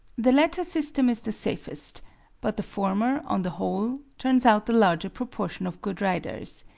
the latter system is the safest but the former, on the whole, turns out the larger proportion of good riders.